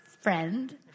friend